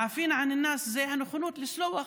(אומר בערבית: "והסולחים לאנשים",) זה הנכונות לסלוח,